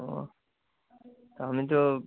ও তা আমি তো